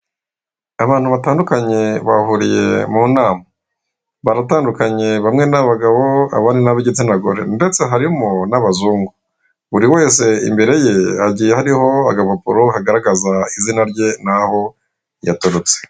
Abantu batandukanye bahuriye mu nama, baratandukanye bamwe ni abagabo abandi ni ab'igitsina gore, ndetse harimo n'abazungu. Buriwese imbere ye hagiye hariho agapapuro kagaragaza izina rye n'aho yaturutse.